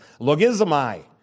Logismai